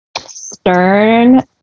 stern